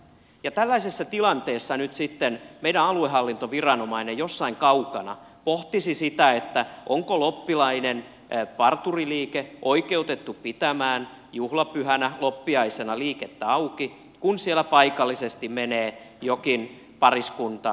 ja tällaisessa tilanteessa nyt sitten meidän aluehallintoviranomainen jossain kaukana pohtisi sitä että onko loppilainen parturiliike oikeutettu pitämään juhlapyhänä loppiaisena liikettä auki kun siellä paikallisesti menee jokin pariskunta naimisiin